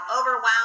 overwhelmed